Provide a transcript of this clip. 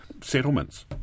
settlements